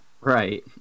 right